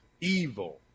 evil